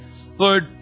Lord